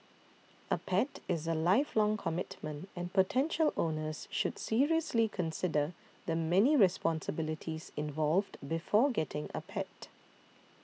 a pet is a lifelong commitment and potential owners should seriously consider the many responsibilities involved before getting a pet